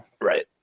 Right